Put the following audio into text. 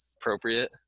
appropriate